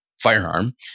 firearm